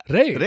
Ray